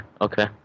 Okay